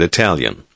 Italian